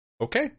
Okay